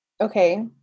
Okay